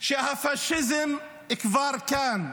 שהפשיזם כבר כאן.